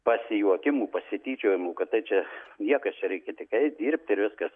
pasijuokimų pasityčiojimų kada čia niekas čia reikia tik eit dirbt ir viskas